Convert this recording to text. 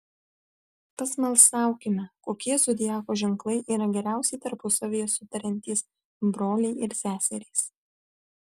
pasmalsaukime kokie zodiako ženklai yra geriausiai tarpusavyje sutariantys broliai ir seserys